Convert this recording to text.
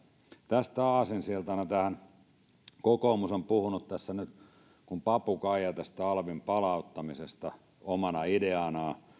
tästä aasinsiltana siihen että kokoomus on puhunut tässä nyt kuin papukaija tästä alvin palauttamisesta omana ideanaan